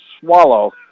swallow